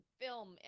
film